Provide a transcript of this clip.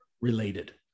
related